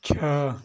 छः